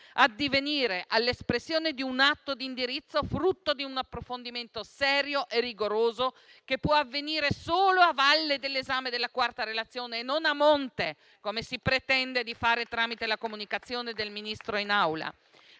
addivenire all'espressione di un atto di indirizzo frutto di un approfondimento serio e rigoroso, che può avvenire solo a valle dell'esame della quarta relazione e non a monte, come si pretende di fare tramite la comunicazione del Ministro in Aula.